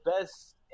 Best